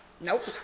Nope